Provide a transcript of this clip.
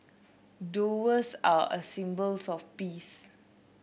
doves are a symbols of peace